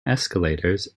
escalators